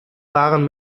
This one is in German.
waren